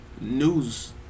news